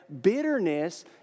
bitterness